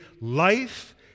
life